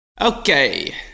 Okay